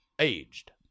Aged